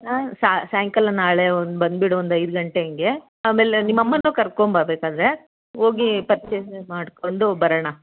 ಸಾಯಂಕಾಲ ನಾಳೆ ಒಂದು ಬಂದ್ಬಿಡು ಒಂದು ಐದು ಗಂಟೆ ಹಂಗೆ ಆಮೇಲೆ ನಿಮ್ಮ ಅಮ್ಮನ್ನೂ ಕರ್ಕೊಂಬಾ ಬೇಕಾದರೆ ಹೋಗಿ ಪರ್ಚೇಸ್ ಮಾಡ್ಕೊಂಡು ಬರೋಣ